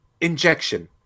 Injection